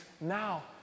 now